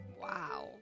Wow